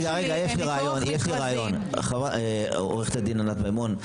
יש לי רעיון, עורכת הדין ענת מימון.